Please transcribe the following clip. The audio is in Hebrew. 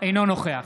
אינו נוכח